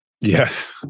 Yes